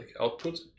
output